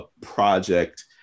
project